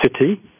city